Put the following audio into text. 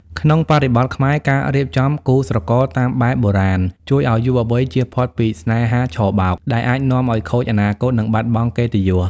ក្នុងបរិបទខ្មែរ ការរៀបចំគូស្រករតាមបែបបុរាណ ជួយឱ្យយុវវ័យចៀសផុតពី "ស្នេហាឆបោក" ដែលអាចនាំឱ្យខូចអនាគត និងបាត់បង់កិត្តិយស។